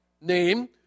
name